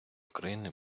україни